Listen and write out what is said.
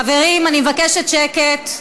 חברים, אני מבקשת שקט.